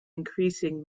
increasing